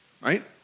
right